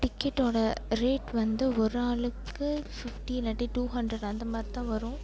டிக்கெட்டோட rate வந்து ஒரு ஆளுக்கு ஃபிஃப்டி இல்லாட்டி டூ ஹண்ட்ரெட் அந்த மாதிரி தான் வரும்